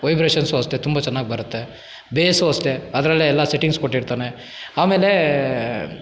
vibrations ಅಷ್ಟೆ ತುಂಬ ಚೆನ್ನಾಗಿ ಬರುತ್ತೆ ಬೇಸು ಅಷ್ಟೇ ಅದರಲ್ಲೆ ಎಲ್ಲ ಸೆಟ್ಟಿಂಗ್ಸ್ ಕೊಟ್ಟಿರ್ತಾನೆ ಆಮೇಲೇ